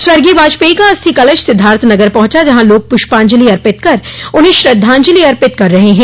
स्वर्गीय वाजपेई का अस्थि कलश सिद्धार्थनगर पहुंचा जहां लोग प्रष्पाजंलि अर्पित कर उन्हें श्रद्धाजंलि अर्पित कर रहे हैं